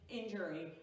injury